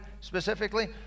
specifically